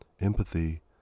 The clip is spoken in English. empathy